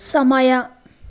ಸಮಯ